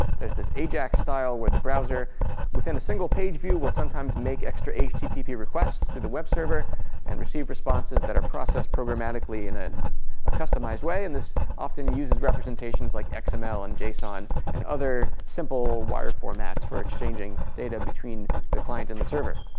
there's this ajax style where the browser within a single page view will sometimes make extra http requests to the web server and receive responses that are processed programmatically in a a customized way. and this often uses representations like xml and json and other simple wire formats for exchanging data between the client and the server.